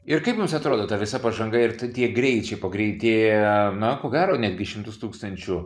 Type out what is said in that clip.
ir kaip mums atrodo ta visa pažanga ir ti tie greičiai pagreitėja na ko gero netgi šimtus tūkstančių